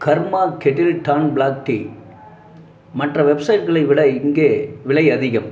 கர்மா kettle Don black tea மற்ற வெப்சைட்களை விட இங்கே விலை அதிகம்